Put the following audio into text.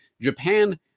Japan